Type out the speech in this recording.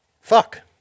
fuck